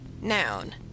noun